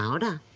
and